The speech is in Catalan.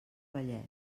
vallès